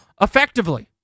effectively